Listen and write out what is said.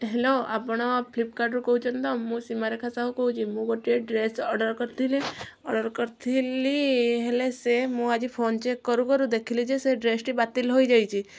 hello ଆପଣ ଫ୍ଲିପକାର୍ଟରୁ କହୁଛନ୍ତି ତ ମୁଁ ସୀମାରେଖା ସାହୁ କହୁଛି ମୁଁ ଗୋଟିଏ ଡ୍ରେସ ଅର୍ଡ଼ର କରିଥିଲି ଅର୍ଡ଼ର କରିଥିଲି ହେଲେ ସେ ମୁଁ ଆଜି ଫୋନ ଚେକ କରୁ କରୁ ଦେଖିଲି ଯେ ସେ ଡ୍ରେସଟି ବାତିଲ ହୋଇଯାଇଛି